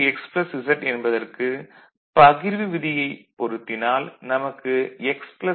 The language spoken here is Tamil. x z என்பதற்கு பகிர்வு விதியை பொருத்தினால் நமக்கு x y